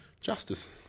Justice